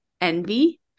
envy